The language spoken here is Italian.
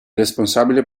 responsabile